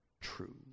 true